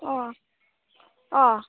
अ अ